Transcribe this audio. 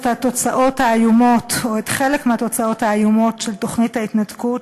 את התוצאות האיומות או חלק מהתוצאות האיומות של תוכנית ההתנתקות,